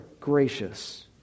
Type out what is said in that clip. gracious